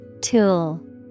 Tool